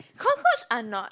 cockroach are not